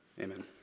Amen